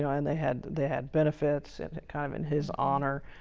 know, and they had they had benefits and kind of in his honor,